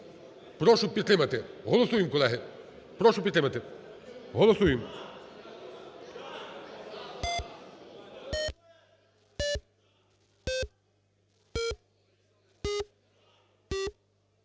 прошу підтримати. Голосуємо, колеги. Прошу підтримати. Голосуємо.